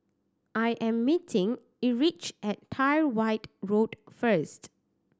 I am meeting Erich at Tyrwhitt Road first